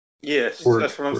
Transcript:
Yes